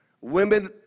Women